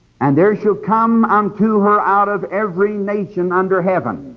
and there shall come unto her out of every nation under heaven.